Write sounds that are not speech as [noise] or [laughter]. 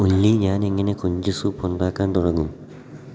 [unintelligible] ഞാനെങ്ങനെ കൊഞ്ച് സൂപ്പുണ്ടാക്കാൻ തുടങ്ങും